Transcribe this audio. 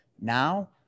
now